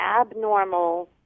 abnormal